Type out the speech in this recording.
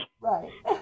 right